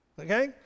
Okay